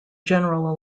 general